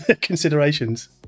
considerations